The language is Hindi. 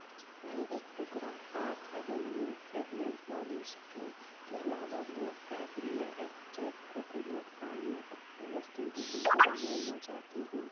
मैं एक टुकड़ा Park Avenue fragrance body spray के अलावा दो पैक रियल एक्टिव कोकोनट पानी अपनी वस्तुओं की सूची में जोड़ना चाहती हूँ